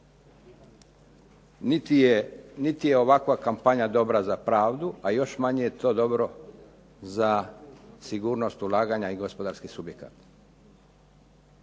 Niti je ovakva kampanja dobra za pravdu, a još manje je to dobro za sigurnost ulaganja i gospodarskih subjekata.